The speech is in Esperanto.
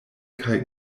kaj